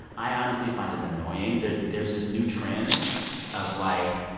i honestly find it annoying. there's there's this new trend of, like,